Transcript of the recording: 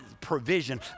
provision